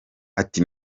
ati